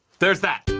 there's that.